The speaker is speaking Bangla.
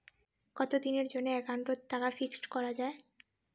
কতদিনের জন্যে একাউন্ট ওত টাকা ফিক্সড করা যায়?